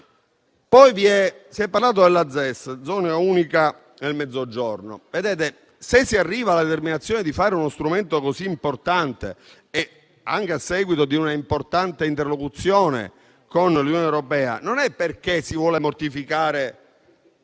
Si è parlato della zona economica speciale (ZES) nel Mezzogiorno. Se si arriva alla determinazione di fare uno strumento così importante, anche a seguito di una importante interlocuzione con l'Unione europea, non è perché si vogliono mortificare